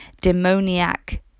demoniac